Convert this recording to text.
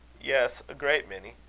yes, a great many.